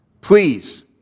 Please